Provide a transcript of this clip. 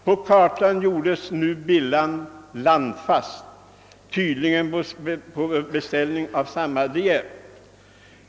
På kartan gjordes nu Bilhamn landfast, tydligen på beställning av De Geer.